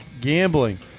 Gambling